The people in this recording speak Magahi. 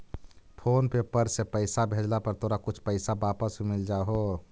फोन पे पर से पईसा भेजला पर तोरा कुछ पईसा वापस भी मिल जा हो